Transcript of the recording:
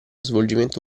svolgimento